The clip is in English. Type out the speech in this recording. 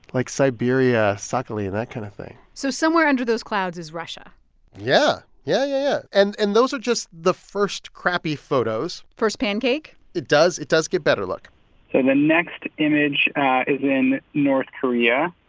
like siberia, sakhalin and that kind of thing so somewhere under those clouds is russia yeah. yeah. yeah. and and those are just the first, crappy photos first pancake it does it does get better. look the ah next image is in north korea,